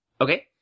Okay